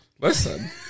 Listen